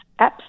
apps